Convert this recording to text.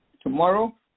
Tomorrow